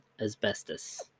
asbestos